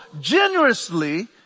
generously